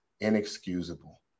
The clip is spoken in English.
inexcusable